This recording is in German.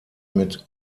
mit